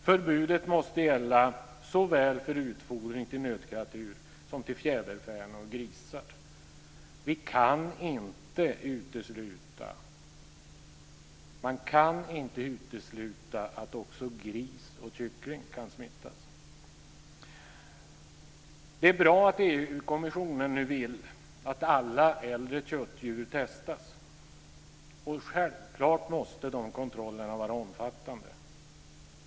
Förbudet måste gälla såväl utfodring till nötkreatur som till fjäderfän och grisar. Man kan inte utesluta att också gris och kyckling kan smittas. Det är bra att EU-kommissionen nu vill att alla äldre köttdjur testas. Självklart måste de kontrollerna vara omfattande.